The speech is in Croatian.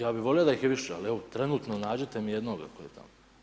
Ja bih volio da ih je više ali evo trenutno nađite mi jednoga koji je tamo.